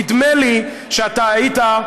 נדמה לי שאתה היית,